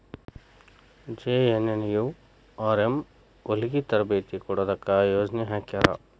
JNNURM ಹೊಲಗಿ ತರಬೇತಿ ಕೊಡೊದಕ್ಕ ಯೊಜನೆ ಹಾಕ್ಯಾರ